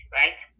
right